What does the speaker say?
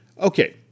Okay